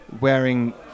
wearing